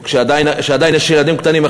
כשעדיין יש ילדים קטנים,